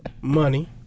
Money